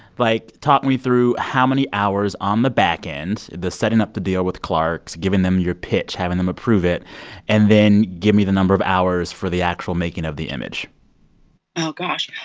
like, talk me through how many hours on the back end the setting up to deal with clarks, giving them your pitch, having them approve it and then give me the number of hours for the actual making of the image oh, gosh.